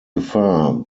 gefahr